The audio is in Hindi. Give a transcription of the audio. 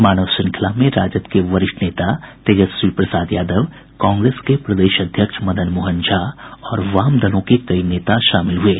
मानव श्रृंखला में राजद के वरिष्ठ नेता तेजस्वी प्रसाद यादव कांग्रेस के प्रदेश अध्यक्ष मदन मोहन झा और वाम दलों के कई नेता शामिल हुये